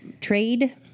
trade